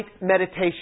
meditation